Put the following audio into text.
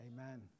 Amen